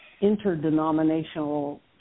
interdenominational